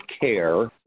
care